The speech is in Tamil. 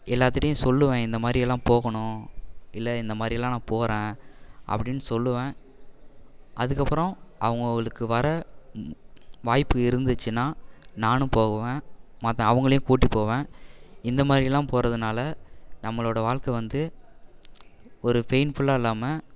எல்லாத்துட்டையும் சொல்லுவேன் இந்த மாதிரியெல்லாம் போகணும் இல்லை இந்த மாதிரியெல்லாம் நான் போகிறேன் அப்படின்னு சொல்லுவேன் அதுக்கப்பறோம் அவங்களுக்கு வர வாய்ப்பு இருந்துச்சின்னா நானும் போகுவேன் மற்ற அவங்களையும் கூட்டி போவேன் இந்த மாதிரிலாம் போகிறதுனால நம்மளோட வாழ்க்கை வந்து ஒரு பெயின்ஃபுல்லாக இல்லாமல்